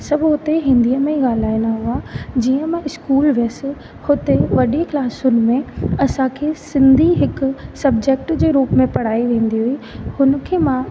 सभु उते हिंदीअ में ॻाल्हाईंदा हुआ जीअं मां स्कूल वियसि हुते वॾी क्लासुनि में असांखे सिंधी हिकु सब्जेक्ट जे रूप में पढ़ाई वेंदी हुई हुन खे मां